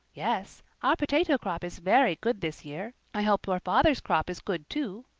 yes our potato crop is very good this year. i hope your father's crop is good too.